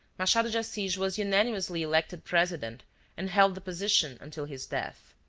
machado de assis was unanimously elected president and held the position until his death.